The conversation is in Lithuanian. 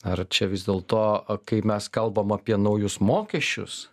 ar čia vis dėl to kai mes kalbam apie naujus mokesčius